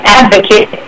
advocate